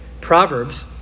Proverbs